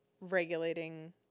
regulating